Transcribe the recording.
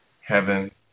heaven